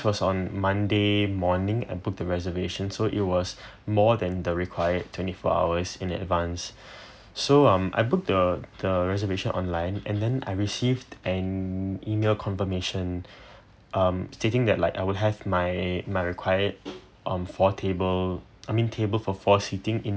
was on monday morning I put the reservation so it was more than the required twenty four hours in advance so um I book the the reservation online and then I received an email confirmation um thinking that like I will have my my required on four table I mean table for four sitting in